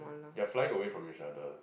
they're flying away from each other